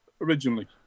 originally